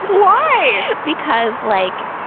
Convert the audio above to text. why? because, like,